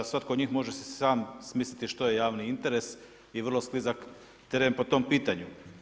Svatko od njih može si sam smisliti što je javni interes i vrlo sklizak teren po tom pitanju.